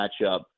matchup